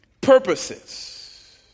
purposes